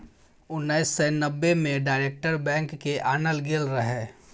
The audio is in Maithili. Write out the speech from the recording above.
उन्नैस सय नब्बे मे डायरेक्ट बैंक केँ आनल गेल रहय